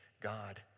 God